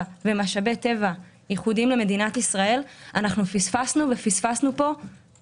ומשאבי טבע ייחודיים למדינת ישראל זה פספוס בענק.